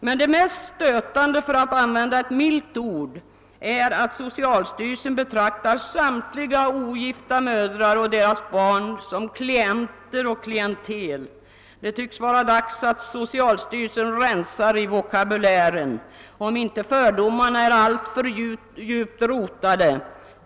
Men det mest stötande — för att använda ett milt ord — är att socialstyrelsen betraktar samtliga ogifta mödrar och deras barn som »klienter» och »klientel». Det tycks vara dags för socialsty relsen att rensa upp i vokabulären om inte fördomarna är alltför djupt rotade.